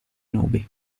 nubi